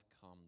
come